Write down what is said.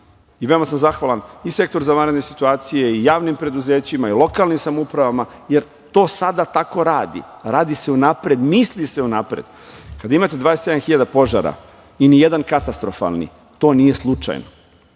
sam zahvalan i sektoru za vanredne situacije, i javnim preduzećima, i lokalnim samoupravama, jer to sada tako radi. Radi se unapred. Misli se unapred. Kada imate 27.000 požara i ni jedan katastrofalni, to nije slučajno.